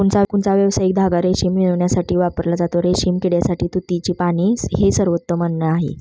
कोकूनचा व्यावसायिक धागा रेशीम मिळविण्यासाठी वापरला जातो, रेशीम किड्यासाठी तुतीची पाने हे सर्वोत्तम अन्न आहे